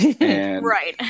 right